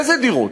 אילו דירות?